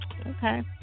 Okay